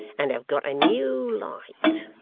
and have got a new light.